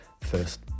first